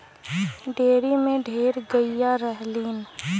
dairy में ढेर गइया रहलीन